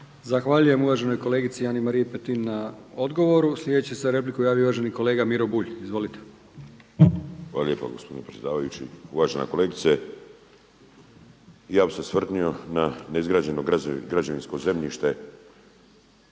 Zahvaljujem uvaženoj kolegici Ani-Mariji Petin na odgovoru. Sljedeći se za repliku javio uvaženi kolega Miro Bulj. Izvolite. **Bulj, Miro (MOST)** Hvala lijepo gospodine predsjedavajući. Uvažena kolegice, ja bih se osvrnuo na neizgrađeno građevinsko zemljište